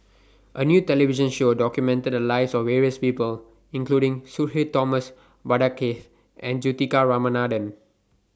A New television Show documented The Lives of various People including Sudhir Thomas Vadaketh and Juthika Ramanathan